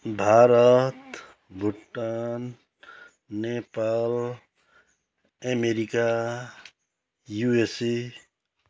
Bharat Bhutan Nepal America USA